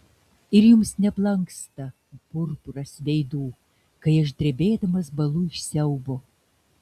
ir jums neblanksta purpuras veidų kai aš drebėdamas bąlu iš siaubo